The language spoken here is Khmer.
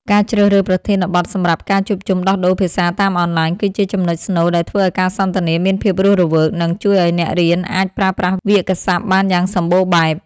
ការជ្រើសរើសប្រធានបទសម្រាប់ការជួបជុំដោះដូរភាសាតាមអនឡាញ គឺជាចំណុចស្នូលដែលធ្វើឱ្យការសន្ទនាមានភាពរស់រវើក និងជួយឱ្យអ្នករៀនអាចប្រើប្រាស់វាក្យសព្ទបានយ៉ាងសម្បូរបែប។